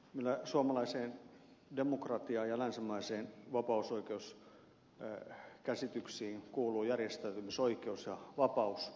meillä suomalaiseen demokratiaan ja länsimaisiin vapausoikeuskäsityksiin kuuluu järjestäytymisoikeus ja vapaus